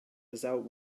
without